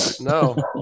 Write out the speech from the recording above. No